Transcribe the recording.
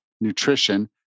nutrition